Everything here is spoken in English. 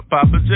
Papa